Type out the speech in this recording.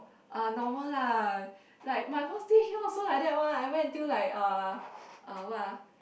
oh normal lah like my first day here also like that one I wear until like uh what ah